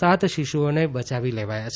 સાત શીશુઓને બચાવી લેવાયા છે